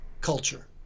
culture